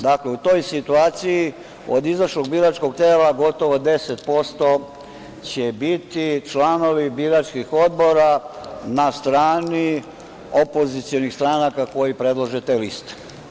Dakle, u toj situaciji od izašlog biračkog tela gotovo 10% će biti članovi biračkih odbora na strani opozicionih stranaka koji predlože te liste.